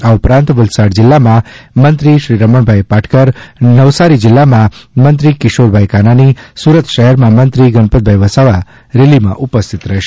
આ ઉપરાંત વલસાડ જીલ્લામાં મંત્રી શ્રી રમણભાઇ પાટકર નવસારી જીલ્લામાં મંત્રી શ્રી કિશોરભાઇ કાનાણી સુરત શહેરમાં મંત્રીશ્રી ગણપતભાઇ વસાવા રેલીમાં ઉપસ્થિત રહેશે